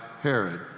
Herod